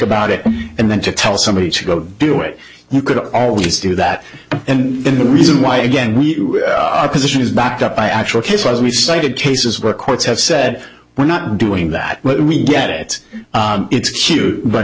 about it and then to tell somebody to go do it you could always do that and the reason why again we position is backed up by actual case was we cited cases where courts have said we're not doing that but we get it it's cute but